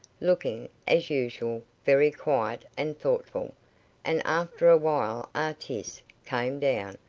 looking, as usual, very quiet and thoughtful and after a while artis came down,